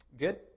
good